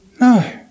No